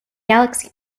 galaxy